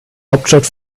hauptstadt